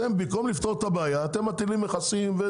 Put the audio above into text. במקום לפתור את הבעיה הזאת אתם מטילים מכסים.